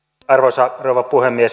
arvoisa rouva puhemies